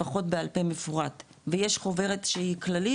לפחות בעל פה מפורט ויש חוברת שהיא כללית,